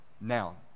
Now